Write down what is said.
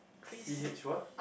C_H what